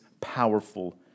powerful